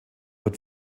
wird